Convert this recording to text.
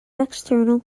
external